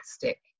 fantastic